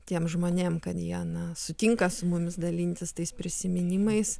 tiem žmonėm kad jie na sutinka su mumis dalintis tais prisiminimais